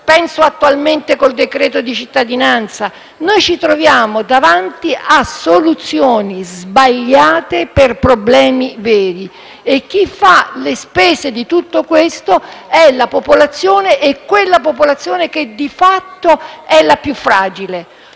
penso attualmente al reddito di cittadinanza. Noi ci troviamo davanti a soluzioni sbagliate per problemi veri. E chi fa le spese di tutto questo è quella popolazione che di fatto è la più fragile.